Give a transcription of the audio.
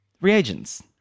reagents